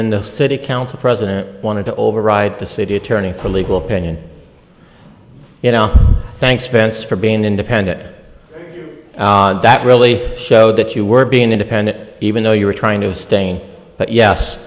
then the city council president wanted to override the city attorney for a legal opinion you know thanks parents for being independent or that really showed that you were being independent even though you were trying to abstain